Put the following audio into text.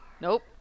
Nope